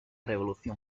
revolución